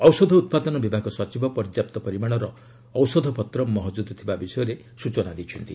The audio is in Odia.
ଔଷଧ ଉତ୍ପାଦନ ବିଭାଗ ସଚିବ ପର୍ଯ୍ୟାପ୍ତ ପରିମାଣର ଔଷଧପତ୍ର ମହଜୁଦ୍ଦ ଥିବା ବିଷୟରେ ସ୍ନଚନା ଦେଇଛନ୍ତି